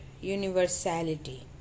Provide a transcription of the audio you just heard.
universality